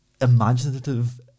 imaginative